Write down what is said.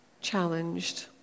challenged